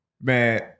Man